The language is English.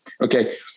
Okay